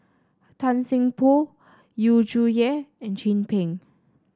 Tan Seng Poh Yu Zhuye and Chin Peng